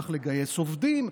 צריך לגייס עובדים,